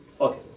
okay